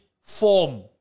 form